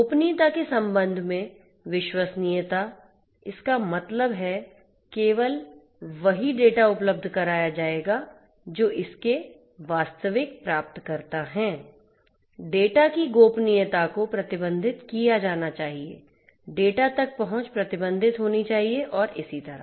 गोपनीयता के संबंध में विश्वसनीयता इसका मतलब है केवल वही डेटा उपलब्ध कराया जाएगा जो इसके वास्तविक प्राप्तकर्ता हैं डेटा की गोपनीयता को प्रतिबंधित किया जाना चाहिए डेटा तक पहुंच प्रतिबंधित होनी चाहिए और इसी तरह